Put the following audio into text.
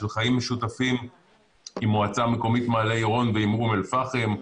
של חיים משותפים עם מועצה מקומית מעלה עירון ועם אום-אל-פאחם,